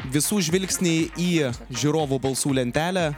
visų žvilgsniai į žiūrovų balsų lentelę